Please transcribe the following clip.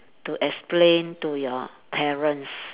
to explain to your parents